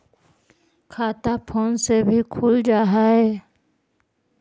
खाता फोन से भी खुल जाहै?